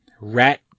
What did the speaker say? Rat